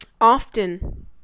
often